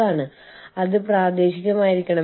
അതിനാൽ അവർ അവിടെ സംഭാവന ചെയ്യുന്നു